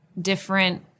different